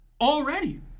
already